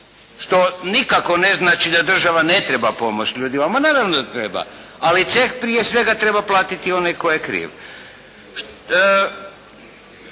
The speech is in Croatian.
što nikako ne znači da država ne treba pomoći ljudima, ma naravno da treba, ali ceh prije svega treba platiti onaj tko je kriv.